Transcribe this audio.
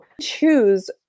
choose